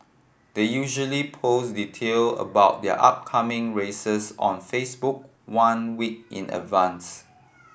they usually post detail about their upcoming races on Facebook one week in advance